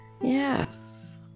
Yes